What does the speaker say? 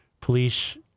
Police